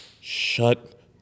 shut